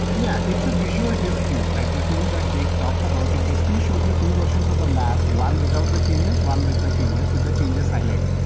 yeah, it's a visual diff tool. like the tool that jake talked about. it basically shows the two versions of the map, one without the changes, one with the changes with the changes highlighted.